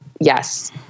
yes